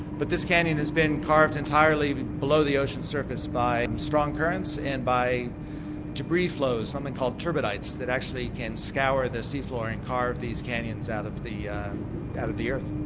but this canyon has been carved entirely below the ocean's surface by strong currents and by debris flows, something called turbidites that actually can scour the sea floor and carve these canyons out of the yeah out of the earth.